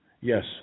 Yes